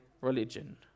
religion